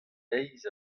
eizh